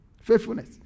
Faithfulness